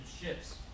ships